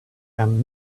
and